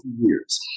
years